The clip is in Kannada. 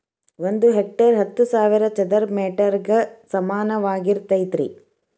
ಒಂದ ಹೆಕ್ಟೇರ್ ಹತ್ತು ಸಾವಿರ ಚದರ ಮೇಟರ್ ಗ ಸಮಾನವಾಗಿರತೈತ್ರಿ